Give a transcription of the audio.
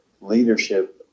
leadership